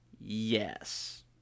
Yes